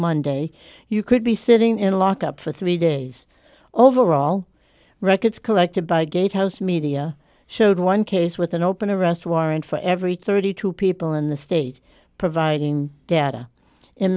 monday you could be sitting in a lock up for three days overall records collected by gatehouse media showed one case with an open a rest warrant for every thirty two people in the state providing data in